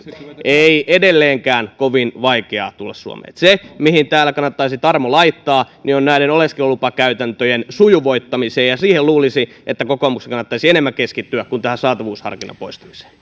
ei edelleenkään ole kovin vaikeaa tulla suomeen se mihin täällä kannattaisi tarmo laittaa on näiden oleskelulupakäytäntöjen sujuvoittaminen luulisi että kokoomuksen kannattaisi enemmän keskittyä siihen kuin saatavuusharkinnan poistamiseen